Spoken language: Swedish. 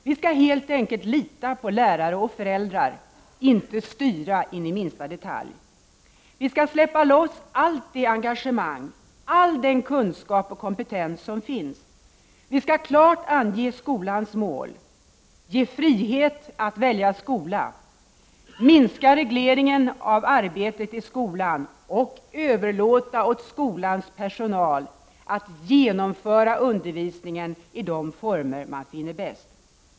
Vi skall helt enkelt lita på lärare och föräldrar, inte styra in i minsta detalj. Vi skall släppa loss allt det engagemang och all den kunskap och kompetens som finns. Vi skall klart ange skolans mål, ge frihet att välja skola, minska regleringen av arbetet i skolan och överlåta åt skolans personal att genomföra undervisningen i de former den finner bäst.